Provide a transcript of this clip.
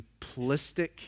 simplistic